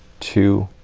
two,